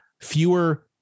fewer